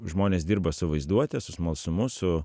žmonės dirba su vaizduote su smalsumu su